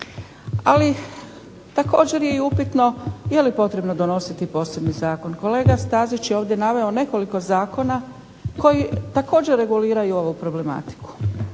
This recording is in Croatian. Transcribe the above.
Ali također je i upitno je li potrebno donositi posebni zakon. Kolega Stazić je ovdje naveo nekoliko zakona koji također reguliraju ovu problematiku,